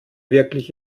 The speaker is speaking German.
wirklich